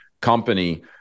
company